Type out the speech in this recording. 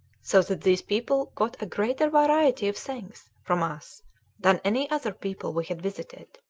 so that these people got a greater variety of things from us than any other people we had visited.